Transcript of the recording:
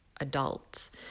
adults